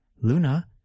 Luna